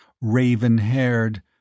Raven-haired